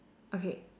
okay